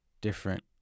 different